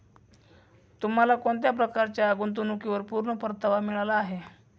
तुम्हाला कोणत्या प्रकारच्या गुंतवणुकीवर पूर्ण परतावा मिळाला आहे